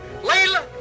Layla